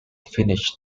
finished